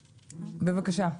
--- בבקשה.